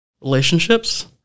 relationships